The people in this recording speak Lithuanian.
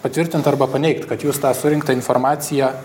patvirtint arba paneigt kad jūs tą surinktą informaciją